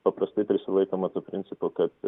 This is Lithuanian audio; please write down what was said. paprastai prisilaikoma to principo kad